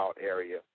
area